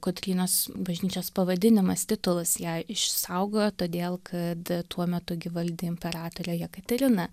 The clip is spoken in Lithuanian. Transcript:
kotrynos bažnyčios pavadinimas titulas ją išsaugojo todėl kad tuo metu gi valdė imperatorė jekaterina